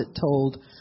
told